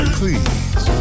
please